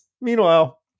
Meanwhile